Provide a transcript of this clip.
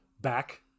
Back